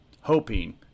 hoping